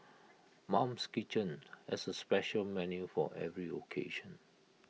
mum's kitchen has A special menu for every occasion